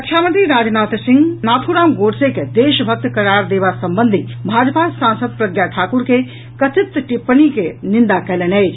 रक्षामंत्री राजनाथ सिंह नाथ्राम गोडसे के देशभक्त करार देबा संबंधी भाजपा सांसद प्रज्ञा ठाकुर के कथित टिप्पणी के निंदा कयलनि अछि